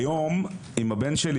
היום עם הבן שלי,